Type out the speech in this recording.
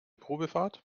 probefahrt